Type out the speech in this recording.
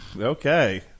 Okay